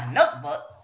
notebook